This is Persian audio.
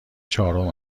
چهارم